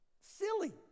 Silly